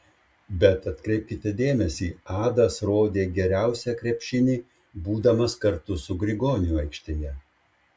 bet atkreipkite dėmesį adas rodė geriausią krepšinį būdamas kartu su grigoniu aikštėje